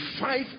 five